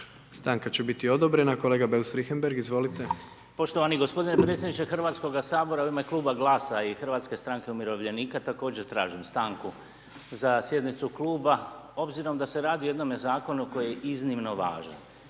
Stanka će biti odobrena. Kolega Beus Richembergh, izvolite. **Beus Richembergh, Goran (GLAS)** Poštovani gospodine predsjedniče Hrvatskog sabora, u ime kluba GLAS-a i HSU-a, također tražim stanku za sjednicu kluba obzirom da se radi o jednom zakonu koji je iznimno važan